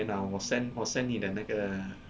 then uh 我 send 我 send 你的那个